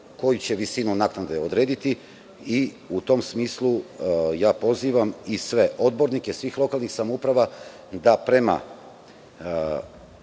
koji će visinu naknade odrediti. U tom smislu, pozivam sve odbornike svih lokalnih samouprava da prema